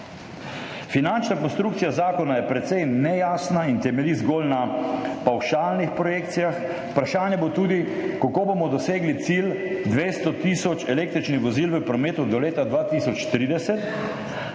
Finančna konstrukcija zakona je precej nejasna in temelji zgolj na pavšalnih projekcijah. Vprašanje bo tudi, kako bomo dosegli cilj 200 tisoč električnih vozil v prometu do leta 2030,